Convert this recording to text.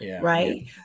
Right